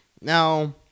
Now